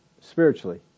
Spiritually